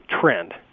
trend